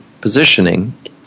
positioning